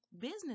business